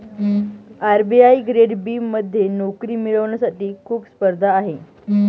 RBI grade B मध्ये नोकरी मिळवण्यासाठी खूप स्पर्धा आहे